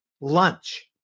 lunch